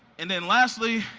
and then lastly,